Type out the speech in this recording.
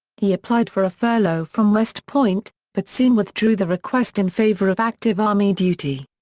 he applied for a furlough from west point, but soon withdrew the request in favor of active army duty.